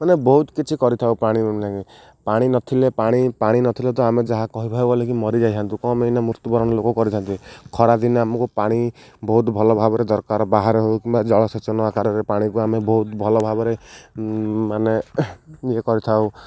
ମାନେ ବହୁତ କିଛି କରିଥାଉ ପାଣିକୁ ନେଇକି ପାଣି ନଥିଲେ ପାଣି ପାଣି ନ ଥିଲେ ତ ଆମେ ଯାହା କହିବାକୁ ଗଲେ ମରିଯାଇଥାଆନ୍ତୁ କ'ଣ ପାଇଁନା ମୃତ୍ୟୁବରଣ ଲୋକ କରିଥାନ୍ତି ଖରାଦିନେ ଆମକୁ ପାଣି ବହୁତ ଭଲ ଭାବରେ ଦରକାର ବାହାରେ ହଉ କିମ୍ବା ଜଳସେଚନ ଆକାରରେ ପାଣିକୁ ଆମେ ବହୁତ ଭଲ ଭାବରେ ମାନେ ଇଏ କରିଥାଉ